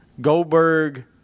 Goldberg